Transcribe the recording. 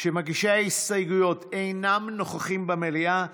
שמגישי ההסתייגויות אינם נוכחים במליאה,